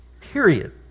Period